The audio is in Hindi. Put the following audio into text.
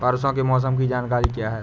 परसों के मौसम की जानकारी क्या है?